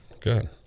good